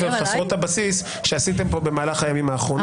חסרות הבסיס שעשיתם פה במהלך הימים האחרונים.